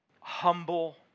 humble